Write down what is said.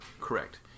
correct